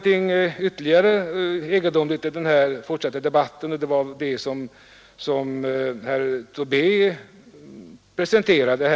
Vi har i den fortsatta debatten här upplevt ytterligare någonting egendomligt.